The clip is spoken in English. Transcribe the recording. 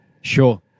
Sure